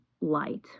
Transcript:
light